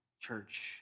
church